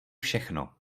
všechno